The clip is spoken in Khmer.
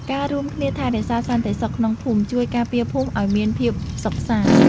ការរួមគ្នាថែរក្សាសន្តិសុខក្នុងភូមិ ជួយការពារភូមិឲ្យមានភាពសុខសាន្ដ។